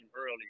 early